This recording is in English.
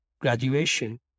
graduation